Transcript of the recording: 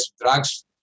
drugs